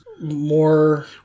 More